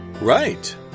Right